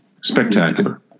spectacular